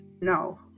No